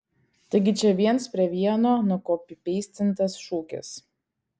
taigi čia viens prie vieno nukopipeistintas šūkis